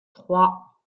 trois